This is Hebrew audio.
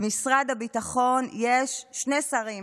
במשרד הביטחון יש שני שרים,